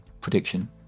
prediction